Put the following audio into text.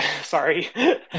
Sorry